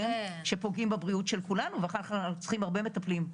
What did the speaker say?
שפוגעים בבריאות של כולנו ואחר כך אנחנו צריכים הרבה מטפלים.